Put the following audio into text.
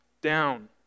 down